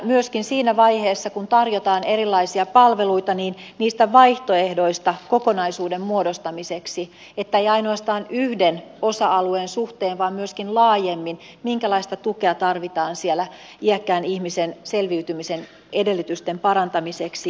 myöskin siinä vaiheessa kun tarjotaan erilaisia palveluita on neuvoteltava niistä vaihtoehdoista kokonaisuuden muodostamiseksi ei ainoastaan yhden osa alueen suhteen vaan myöskin laajemmin minkälaista tukea tarvitaan siellä iäkkään ihmisen selviytymisen edellytysten parantamiseksi